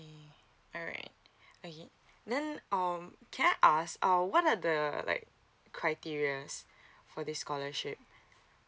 alright okay then um can I ask uh what are the like criteria for this scholarship